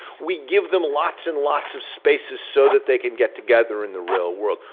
we give them lots and lots of spaces so that they can get together in the real world.